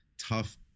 tough